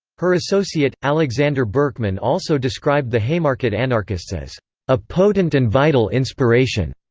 her associate, alexander berkman also described the haymarket anarchists as a potent and vital inspiration.